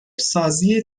سازی